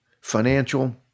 financial